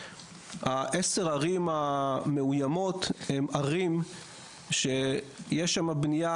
עשר הערים המאוימות הן ערים שיש שם בנייה